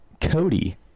Cody